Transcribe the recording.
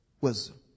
wisdom